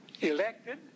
elected